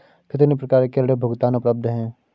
कितनी प्रकार के ऋण भुगतान उपलब्ध हैं?